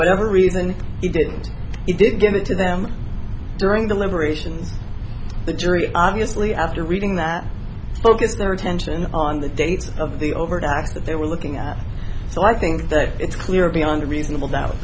whatever reason he didn't he didn't give it to them during the liberation of the jury i obviously after reading that focus their attention on the dates of the overt act that they were looking at so i think that it's clear beyond reasonable doubt